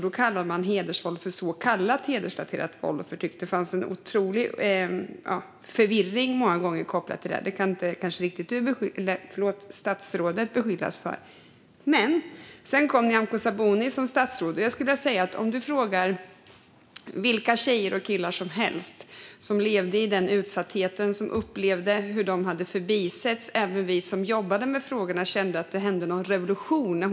Då kallade man hedersvåld för så kallat hedersrelaterat våld och förtryck. Det var många gånger en stor förvirring kopplat till detta, men det kan kanske inte statsrådet beskyllas för. Sedan kom Nyamko Sabuni som statsråd. Du kan fråga vilka tjejer och killar som helst som levde i den utsattheten och upplevde att de hade förbisetts, och de skulle säga att det blev en revolution när hon kom in på banan, vilket även vi som jobbade med frågorna kände.